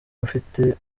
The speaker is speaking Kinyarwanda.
ufite